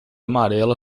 amarela